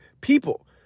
people